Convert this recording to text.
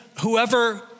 whoever